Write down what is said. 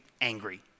angry